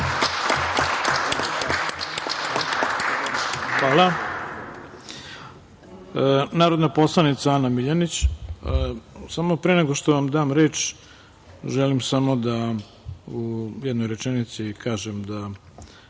ima narodna poslanica Ana Miljanić. Samo, pre nego što vam dam reč, želim samo u jednoj rečenici da kažem da